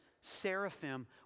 seraphim